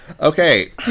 Okay